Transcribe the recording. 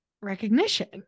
recognition